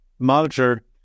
Monitor